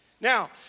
Now